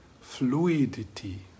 fluidity